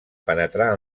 penetrar